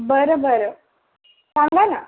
बरं बरं सांगा ना